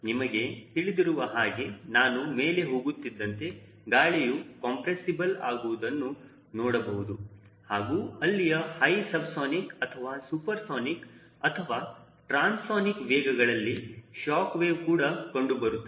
ನಿಮಗೆ ತಿಳಿದಿರುವ ಹಾಗೆ ನಾನು ಮೇಲೆ ಹೋಗುತ್ತಿದ್ದಂತೆ ಗಾಳಿಯು ಕಾಂಪ್ಪ್ರೆಸ್ಸಿಬಲ್ ಆಗುವುದನ್ನು ನೋಡಬಹುದು ಹಾಗೂ ಅಲ್ಲಿಯ ಹೈ ಸಬ್ಸಾನಿಕ್ ಅಥವಾ ಸೂಪರ್ ಸಾನಿಕ್ ಅಥವಾ ಟ್ರಾನ್ಸನಿಕ್ ವೇಗಗಳಲ್ಲಿ ಶಾಕ್ ವೇವ ಕೂಡ ಕಂಡುಬರುತ್ತದೆ